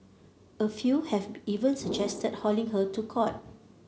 a few have even suggested hauling her to court